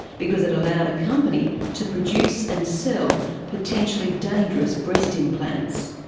because it allowed a company to produce and sell potentially dangerous breast implants.